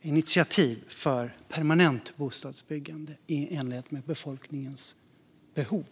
initiativ för permanent bostadsbyggande i enlighet med befolkningens behov.